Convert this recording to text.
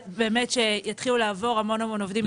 שיתחילו לעבור המון עובדים.